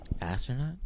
astronaut